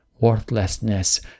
worthlessness